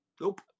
Nope